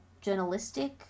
journalistic